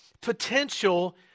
potential